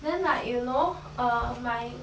then like you know uh my